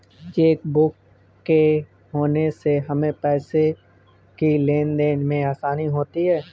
chequebook के होने से हमें पैसों की लेनदेन में आसानी होती हैँ